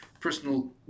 personal